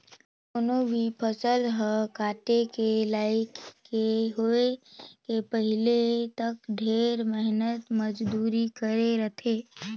कोनो भी फसल हर काटे के लइक के होए के पहिले तक ढेरे मेहनत मंजूरी करे रथे